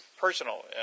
personal